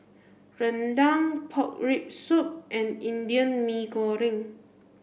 rendang pork rib soup and Indian Mee Goreng